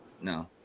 no